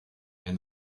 and